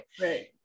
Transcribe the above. Right